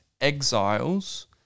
exiles